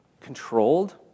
controlled